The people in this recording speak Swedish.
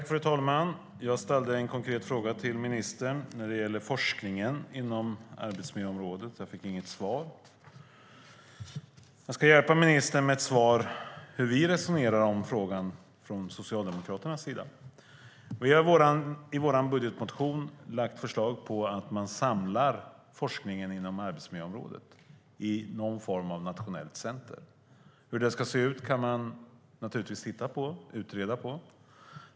Fru talman! Jag ställde en konkret fråga till ministern när det gäller forskningen på arbetsmiljöområdet. Jag fick inget svar. Jag ska hjälpa ministern med ett svar om hur vi resonerar i frågan från Socialdemokraternas sida. Vi har i vår budgetmotion lagt fram förslag på att samla forskningen inom arbetsmiljöområdet i någon form av nationellt center. Hur det ska se ut kan naturligtvis utredas.